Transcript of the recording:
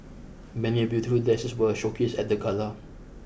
many beautiful dresses were showcased at the gala